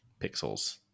pixels